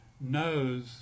knows